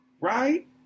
right